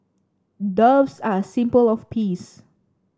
doves are a symbol of peace